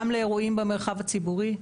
גם לאירועים במרחב הציבורי,